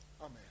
Amen